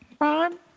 Ron